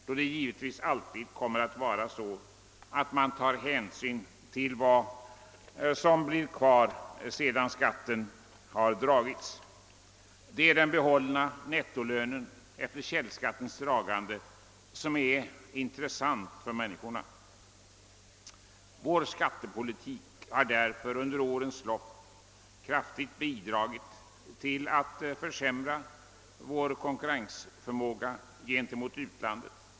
Det kommer givetvis alltid att vara så att man tar hänsyn till vad som blir kvar sedan skatten har dragits. Det är den behållna nettolönen efter källskattens dragande som är intressant för människorna. Vår skattepolitik har därför under årens lopp kraftigt bidragit till att försämra konkurrensförmågan gentemot utlandet.